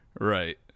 Right